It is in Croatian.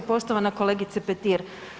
Poštovana kolegice Petir.